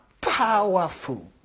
powerful